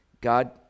God